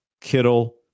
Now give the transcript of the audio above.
Kittle